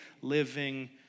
living